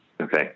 Okay